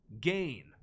gain